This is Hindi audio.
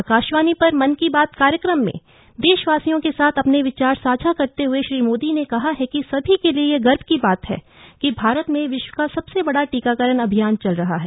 आकाशवाणी पर मन की बात कार्यक्रम में देशवासियों के साथ अपने विचार साझा करते हुए श्री मोदी ने कहा कि सभी के लिए यह गर्व की बात है कि भारत में विश्व का सबसे बड़ा टीकाकरण अभियान चल रहा है